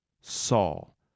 Saul